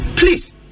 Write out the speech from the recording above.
Please